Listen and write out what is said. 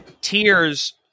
tears